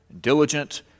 diligent